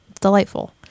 delightful